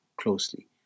closely